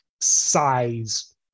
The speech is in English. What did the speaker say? size